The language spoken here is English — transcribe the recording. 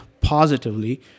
positively